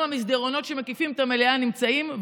וגם במסדרונות שמקיפים את המליאה נמצאים,